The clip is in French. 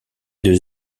deux